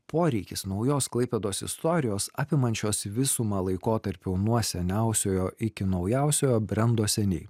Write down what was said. poreikis naujos klaipėdos istorijos apimančios visumą laikotarpių nuo seniausiojo iki naujausiojo brendo seniai